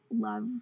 love